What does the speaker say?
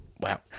Wow